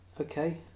Okay